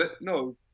no